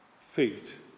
feet